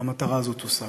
המטרה הזאת תושג.